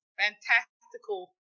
fantastical